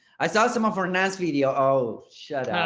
i saw someone for nas video oh, shut